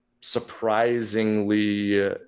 surprisingly